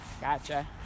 Gotcha